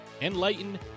enlighten